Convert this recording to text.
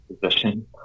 position